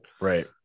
Right